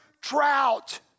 drought